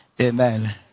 Amen